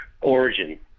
origin